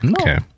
Okay